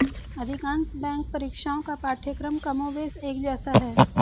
अधिकांश बैंक परीक्षाओं का पाठ्यक्रम कमोबेश एक जैसा है